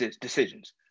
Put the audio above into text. decisions